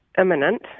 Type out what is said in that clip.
imminent